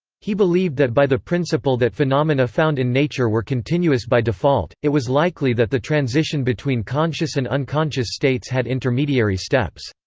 he believed that by the principle that phenomena found in nature were continuous by default, it was likely that the transition between conscious and unconscious states had intermediary steps.